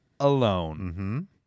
alone